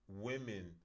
women